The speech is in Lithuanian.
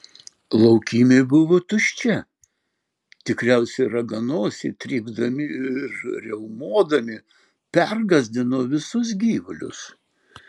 laukymė buvo tuščia tikriausiai raganosiai trypdami ir riaumodami pergąsdino visus gyvulius